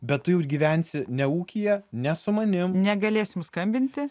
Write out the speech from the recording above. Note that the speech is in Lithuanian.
bet tu jau gyvensi ne ūkyje nes su manim negalėsim skambinti